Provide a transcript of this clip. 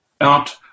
out